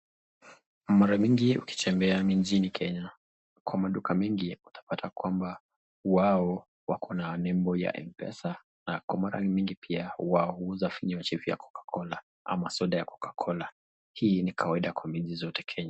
Mara mingi ukitembea mjini kenya kwa maduka mingi utapata kuwa wao wako na nembo ya mpesa, na kwa mara mingi pia wao uuza vinywaji ya coca cola ama soda ya coca cola, hii ni kawaida kwa miji zote kenya.